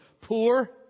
poor